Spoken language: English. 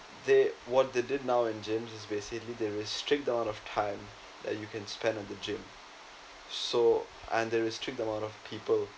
they what they did now in gym is basically they restrict the amount of time that you can spend in the gym so and they restrict the amount of people